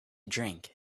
drink